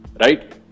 Right